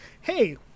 hey